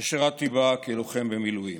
ששירתי בה כלוחם במילואים: